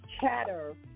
chatter